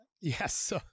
yes